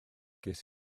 ces